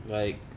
right